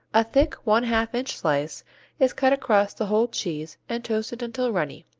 a thick, one-half-inch slice is cut across the whole cheese and toasted until runny.